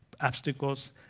obstacles